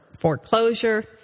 foreclosure